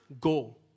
go